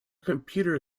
computer